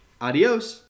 Adios